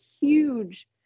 huge